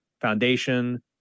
foundation